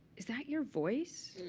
is that your voice? or